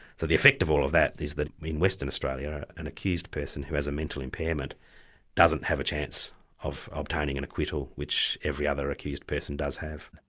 so the effect of all of that is that in western australia, an accused person who has a mental impairment doesn't have a chance of obtaining an acquittal which every other accused person does have.